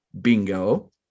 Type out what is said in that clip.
Bingo